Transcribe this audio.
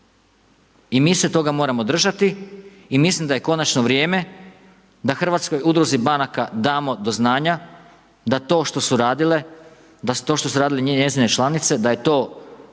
I mi se toga moramo držati i mislim da je konačno vrijeme da hrvatskoj udruzi banaka damo do znanja da to što su radile, da to što su radile njezine članice da je to